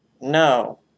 No